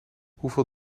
hoeveel